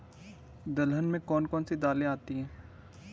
दलहन में कौन कौन सी दालें आती हैं?